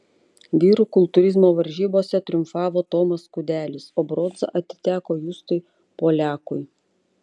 vyrų kultūrizmo varžybose triumfavo tomas kudelis o bronza atiteko justui poliakui